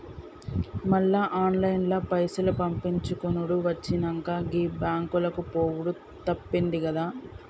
మళ్ల ఆన్లైన్ల పైసలు పంపిచ్చుకునుడు వచ్చినంక, గీ బాంకులకు పోవుడు తప్పిందిగదా